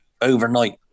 overnight